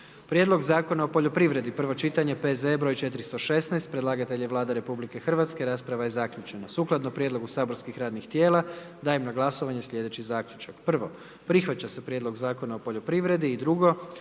Prijedlog Zakona o vinu, prvo čitanje P.Z.E. broj 430. Predlagatelj je Vlada RH, rasprava je zaključena. Sukladno prijedlogu saborskih radnih tijela, dajem na glasovanje slijedeći zaključak. Prvo, prihvaća se Prijedlog Zakona o vinu i